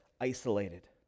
Isolated